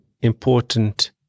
important